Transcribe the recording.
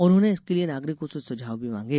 उन्होंने इसके लिए नागरिकों से सुझाव भी मांगे